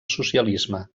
socialisme